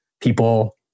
people